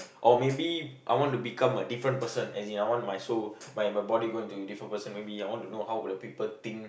or maybe I wanna become a different person as in I want my soul my my body going to a different person maybe I want to know how would the people think